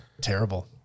terrible